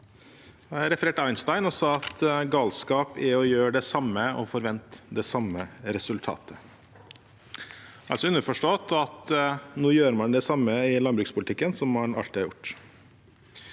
refererte Einstein og sa at galskap er å gjøre det samme og forvente et helt annet resultat, altså underforstått at nå gjør man det samme i landbrukspolitikken som man alltid har gjort.